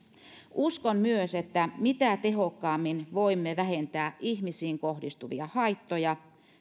uskon myös että mitä tehokkaammin voimme vähentää ihmisiin kohdistuvia haittoja